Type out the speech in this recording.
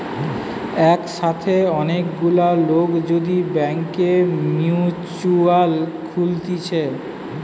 একসাথে অনেক গুলা লোক যদি ব্যাংকে মিউচুয়াল খুলতিছে